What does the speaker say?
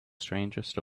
strangest